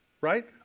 right